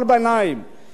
ידענו בעצם,